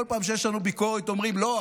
כל פעם שיש לנו ביקורת אומרים: לא.